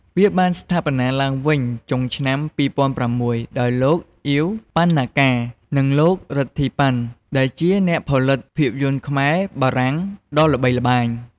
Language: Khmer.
វាបានស្ថាបនាឡើងនៅចុងឆ្នាំ ២០០៦ ដោយលោក អៀវ ប៉ាន់ណាកា និងលោក រិទ្ធី ប៉ាន់ ដែលជាអ្នកផលិតភាពយន្តខ្មែរ-បារាំងដ៏ល្បីល្បាញ។